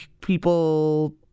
people